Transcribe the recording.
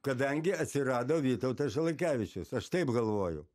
kadangi atsirado vytautas žalakevičius aš taip galvoju